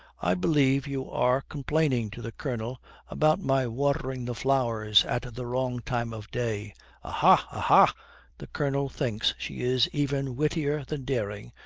i believe you are complaining to the colonel about my watering the flowers at the wrong time of day aha! aha the colonel thinks she is even wittier than dering,